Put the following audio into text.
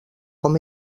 com